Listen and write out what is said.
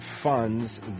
funds